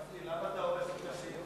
גפני, למה אתה הורס לי את השאילתא?